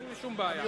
אין לי שום בעיה.